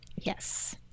Yes